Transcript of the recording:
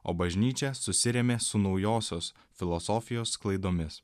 o bažnyčia susirėmė su naujosios filosofijos klaidomis